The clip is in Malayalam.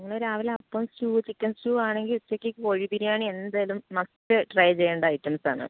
നിങ്ങൾ രാവിലെ അപ്പോം സ്റ്റു ചിക്കൻ സ്റ്റു ആണെങ്കിൽ ഉച്ചക്ക് കോഴി ബിരിയാണി എന്തായാലും മസ്റ്റ് ട്രൈ ചെയ്യേണ്ട ഐറ്റംസാണ്